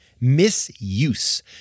misuse